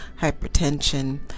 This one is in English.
hypertension